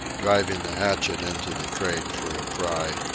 driving the hatchet into the crate for a pry.